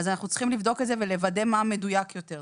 אז אנחנו צריכים רק לבדוק את זה ולוודא מה המדויק יותר.